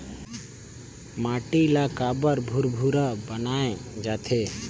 माटी ला काबर भुरभुरा बनाय जाथे?